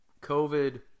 COVID